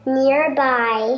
nearby